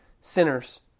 sinners